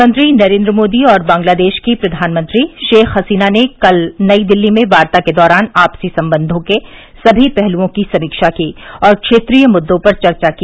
प्रधानमंत्री नरेंद्र मोदी और बंगलादेश की प्रघानमंत्री शेख हसीना ने कल नई दिल्ली में वार्ता के दौरान आपसी संबंधों के सभी पहलुओं की समीवा की और क्षेत्रीय मुद्दों पर चर्चा की